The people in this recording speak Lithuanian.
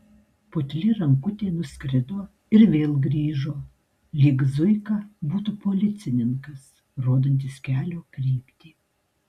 putli rankutė nuskrido ir vėl grįžo lyg zuika būtų policininkas rodantis kelio kryptį